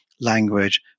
language